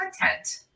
content